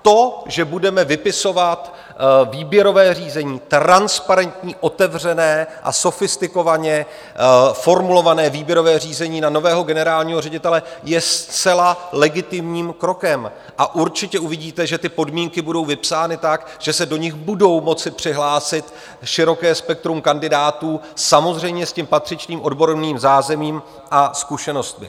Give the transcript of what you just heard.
To, že budeme vypisovat výběrové řízení transparentní, otevřené a sofistikovaně formulované, výběrové řízení na nového generálního ředitele, je zcela legitimním krokem a určitě uvidíte, že ty podmínky budou vypsány tak, že se do nich bude moci přihlásit široké spektrum kandidátů, samozřejmě s patřičným odborným zázemím a zkušenostmi.